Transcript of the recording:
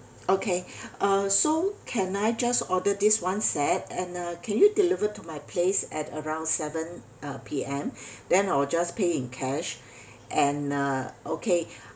okay uh so can I just order this one set and uh can you deliver to my place at around seven uh P_M then I'll just pay in cash and uh okay